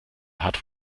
hat